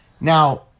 Now